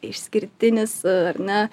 išskirtinis ar ne